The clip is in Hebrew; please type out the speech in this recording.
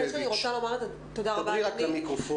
תודה רבה, אדוני.